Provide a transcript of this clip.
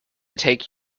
take